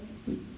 mm